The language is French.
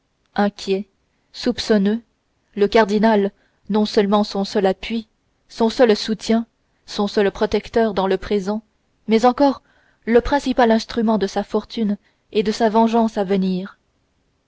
inquiet soupçonneux le cardinal non seulement son seul appui son seul soutien son seul protecteur dans le présent mais encore le principal instrument de sa fortune et de sa vengeance à venir